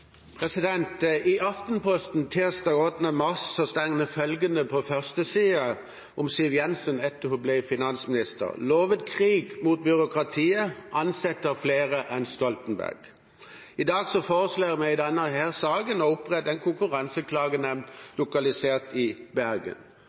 I Aftenposten tirsdag 8. mars står det følgende på førstesiden om Siv Jensen etter at hun ble finansminister: «Lovet «krig mot byråkratiet», ansetter flere enn Stoltenberg». I dag foreslås det i denne saken å opprette en